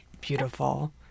Beautiful